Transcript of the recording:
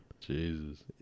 Jesus